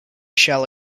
shall